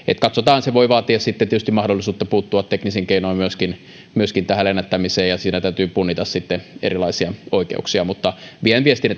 katsotaan se voi vaatia sitten tietysti mahdollisuutta puuttua teknisin keinoin myöskin myöskin tähän lennättämiseen ja siinä täytyy punnita sitten erilaisia oikeuksia mutta vien viestin